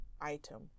item